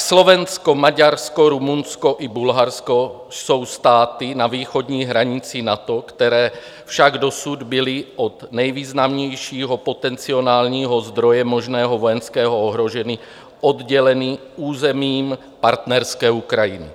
Slovensko, Maďarsko, Rumunsko i Bulharsko jsou státy na východní hranici NATO, které však dosud byly od nejvýznamnějšího potenciálního zdroje možného vojenského ohrožení odděleny územím partnerské Ukrajiny.